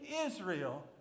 Israel